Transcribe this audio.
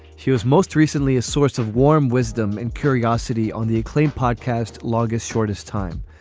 she was most recently a source of warm wisdom and curiosity on the acclaimed podcast longest shortest time.